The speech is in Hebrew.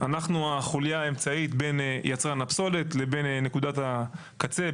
אנחנו החוליה האמצעית בין יצרן הפסולת לבין נקודת הקצה,